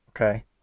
okay